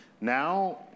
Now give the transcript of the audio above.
Now